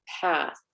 path